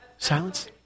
Silence